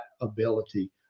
ability